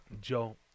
Joe